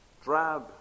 drab